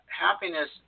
Happiness